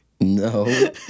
No